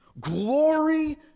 glory